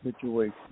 situation